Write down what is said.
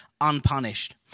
unpunished